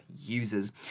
users